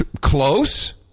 Close